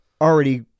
already